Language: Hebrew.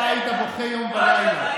אתה היית בוכה יום ולילה.